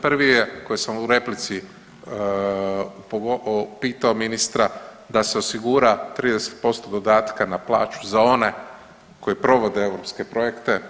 Prvi je koji sam u replici pitao ministra, da se osigura 30% dodatka na plaću za one koji provode europske projekte.